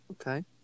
Okay